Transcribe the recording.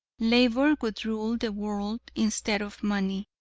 labor would rule the world instead of money.